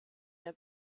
der